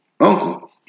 uncle